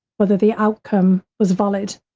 whether the outcome was valid,